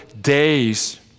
days